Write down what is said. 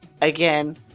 again